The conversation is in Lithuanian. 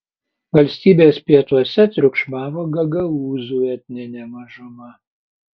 valstybės pietuose triukšmavo gagaūzų etninė mažuma